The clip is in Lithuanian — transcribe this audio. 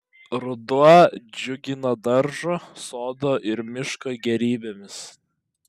ruduo džiugina daržo sodo ir miško gėrybėmis